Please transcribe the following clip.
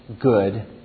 good